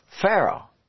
Pharaoh